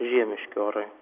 žiemiški orai